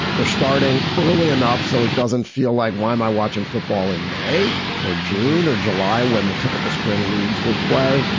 they're starting early enough. so it doesn't feel like why am i watching football in may or june or july when the typical spring leagues would play,